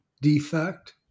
defect